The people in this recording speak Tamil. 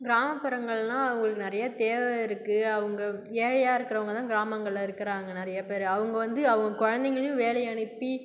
கிராமபுறங்கள்லாம் அவங்களுக்கு நிறைய தேவை இருக்கு அவங்க ஏழையாக இருக்கிறவங்க தான் கிராமங்களில் இருக்குறாங்க நிறைய பேர் அவங்க வந்து அவங்க குழந்தைங்களையும் வேலை அனுப்பி